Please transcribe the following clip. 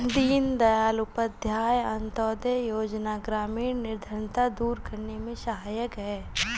दीनदयाल उपाध्याय अंतोदय योजना ग्रामीण निर्धनता दूर करने में सहायक है